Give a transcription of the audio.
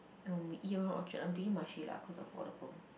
um we eat around Orchard I'm thinking Marche lah cause affordable